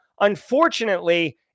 unfortunately